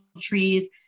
trees